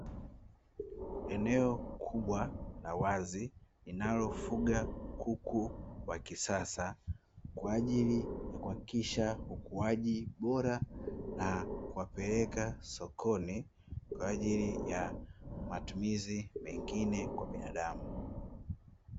Eneo kubwa la wazi linalofuga kuku wa kisasa, kwa ajili ya kuhakikisha ukuaji bora na kuwapeleka sokoni, kwa ajili ya matumizi mengine kwa binadamu.